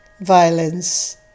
violence